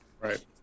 right